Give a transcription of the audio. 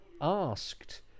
asked